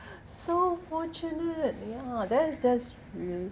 so fortunately ya that's that's really